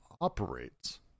operates